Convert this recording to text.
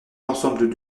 l’ensemble